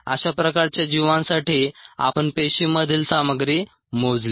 अशा प्रकारच्या जीवांसाठी आपण पेशीमधील सामग्री मोजली